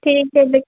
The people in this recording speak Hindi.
ठीक है